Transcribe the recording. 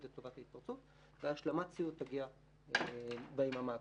לטובת ההתפרצות והשלמת הציוד תגיע ביממה הקרובה.